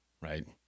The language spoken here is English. right